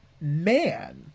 man